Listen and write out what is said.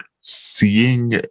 seeing